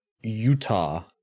Utah